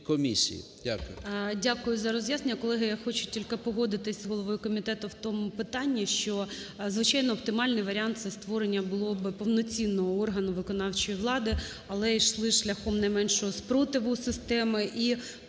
Дякую за роз'яснення. Колеги, я хочу тільки погодитись з головою комітету в тому питанні, що, звичайно, оптимальний варіант – це створення було би повноцінного органу виконавчої влади, але йшли шляхом найменшого спротиву системи.